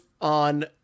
on